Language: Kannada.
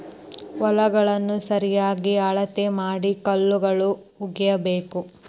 ಹೊಲಗಳನ್ನಾ ಸರಿಯಾಗಿ ಅಳತಿ ಮಾಡಿ ಕಲ್ಲುಗಳು ಹುಗಿಬೇಕು